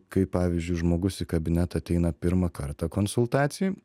kai pavyzdžiui žmogus į kabinetą ateina pirmą kartą konsultacijai